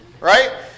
Right